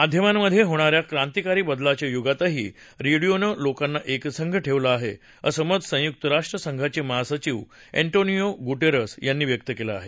माध्यमांमध्ये होणाऱ्या क्रांतिकारी बदलाच्या युगातही रेडिओनं लोकांना एकसंघ ठेवलं आहे असं मत संयुक्त राष्ट्र संघाचे महासचिव अँटोनियो गुटेरस यांनी व्यक्त केलं आहे